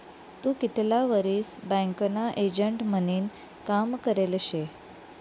तू कितला वरीस बँकना एजंट म्हनीन काम करेल शे?